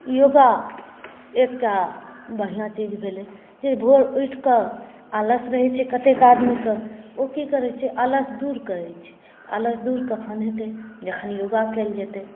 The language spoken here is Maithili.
योग एकटा बढ़िआँ चीज भेलै जे भोर उठि कऽ आलस रहैत छै कतेक आदमीकेँ ओ की करैत छै आलस दूर करैत छै आलस दूर कखन हेतै जखन योग कयल जेतै